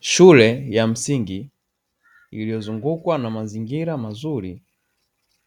Shule ya msingi iliyozungukwa na mazingira mazuri